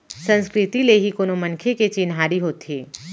संस्कृति ले ही कोनो मनखे के चिन्हारी होथे